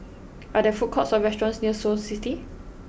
are there food courts or restaurants near Snow City